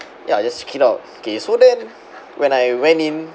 ya just check it out okay so then when I went in